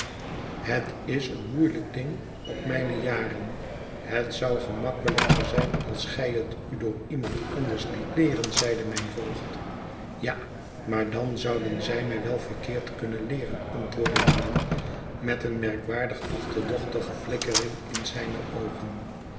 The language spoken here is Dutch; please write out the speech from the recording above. het is een moeielijk ding op mijne jaren het zou gemakkelijker zijn als gij het u door iemand anders liet leeren zeide mijn voogd ja maar dan zouden zij mij wel verkeerd kunnen leeren antwoordde de man met eene verwonderlijk achterdochtige flikkering in zijne